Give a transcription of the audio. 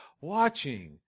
watching